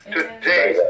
Today